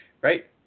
right